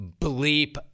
bleep